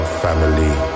family